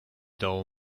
dull